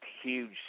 huge